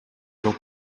бирок